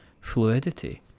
fluidity